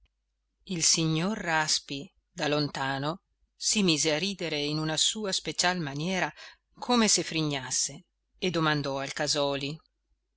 il signor raspi da lontano si mise a ridere in una sua special maniera come se frignasse e domandò al casòli